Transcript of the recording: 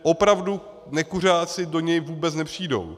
Opravdu nekuřáci do něj vůbec nepřijdou.